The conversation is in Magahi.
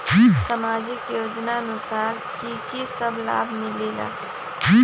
समाजिक योजनानुसार कि कि सब लाब मिलीला?